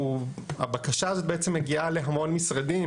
והבקשה הזו בעצם מגיעה להמון משרדים,